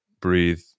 breathe